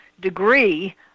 degree